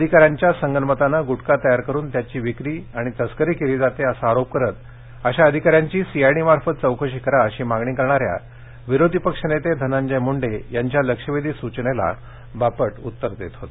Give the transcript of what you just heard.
अधिकाऱ्यांच्या संगनमतानं ग्टखा तयार करून त्याची विक्री आणि तस्करी केली जाते असा आरोप करत अशा अधिकाऱ्यांची सीआयडी मार्फत चौकशी करा अशी मागणी करणाऱ्या विरोधी पक्षनेते धनंजय मुंडे यांच्या लक्षवेधी सूचनेला बापट उत्तर देत होते